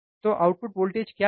तो output voltage क्या है